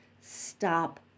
stop